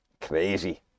Crazy